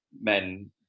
men